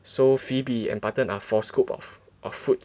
so Phoebe and Button are four scoops of of food